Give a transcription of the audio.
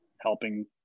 helping